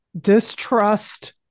distrust